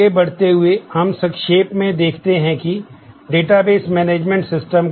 आगे बढ़ते हुए हम संक्षेप में देखते हैं कि डेटाबेस मैनेजमेंट सिस्टम